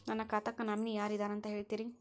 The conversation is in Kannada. ನನ್ನ ಖಾತಾಕ್ಕ ನಾಮಿನಿ ಯಾರ ಇದಾರಂತ ಹೇಳತಿರಿ?